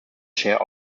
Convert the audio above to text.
share